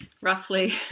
roughly